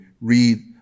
read